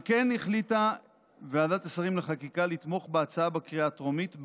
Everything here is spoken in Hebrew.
על כן החליטה ועדת השרים לחקיקה לתמוך בהצעה בקריאה הטרומית,